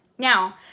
Now